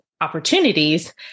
opportunities